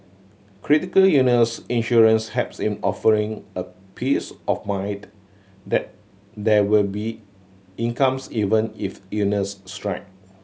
critical illness insurance helps in offering a peace of mind that there will be incomes even if illness strike